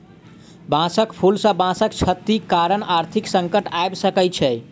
बांसक फूल सॅ बांसक क्षति कारण आर्थिक संकट आइब सकै छै